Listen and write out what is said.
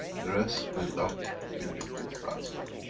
the rest filled up with liquid plasma.